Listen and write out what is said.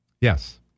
yes